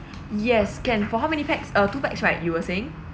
yes can for how many pax uh two pax right you were saying